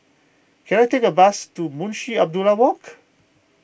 can I take a bus to Munshi Abdullah Walk